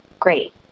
great